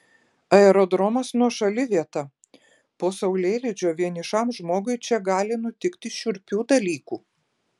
aerodromas nuošali vieta po saulėlydžio vienišam žmogui čia gali nutikti šiurpių dalykų